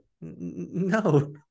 no